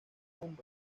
tan